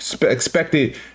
expected